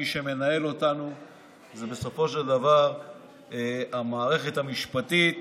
מי שמנהל אותנו זה בסופו של דבר המערכת המשפטית,